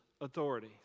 authority